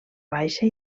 baixa